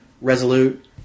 Resolute